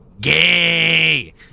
gay